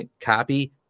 copy